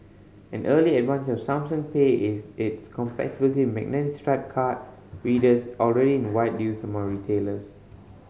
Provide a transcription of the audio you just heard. an early advantage for Samsung Pay is its compatibility with magnetic stripe card readers already in wide use among retailers